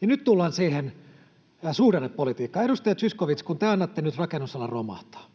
Nyt tullaan siihen suhdannepolitiikkaan. Edustaja Zyskowicz, kun te annatte nyt rakennusalan romahtaa,